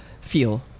feel